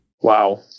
Wow